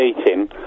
eating